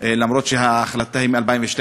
אף-על-פי שההחלטה היא מ-2012,